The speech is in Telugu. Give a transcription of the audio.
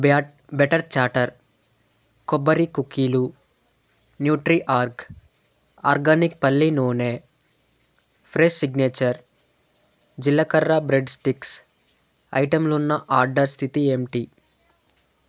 బెటర్ చాటర్ కొబ్బరి కుకీలు న్యూట్రీ ఆర్గ్ ఆర్గానిక్ పల్లీ నూనె ఫ్రెష్ సిగ్నేచర్ జీలకర్ర బ్రెడ్ స్టిక్స్ ఐటెంలున్న ఆర్డరు స్థితి ఏంటి